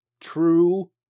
true